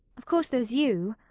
of course there's you.